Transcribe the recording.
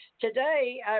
today